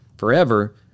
forever